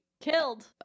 Killed